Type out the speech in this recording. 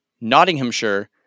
Nottinghamshire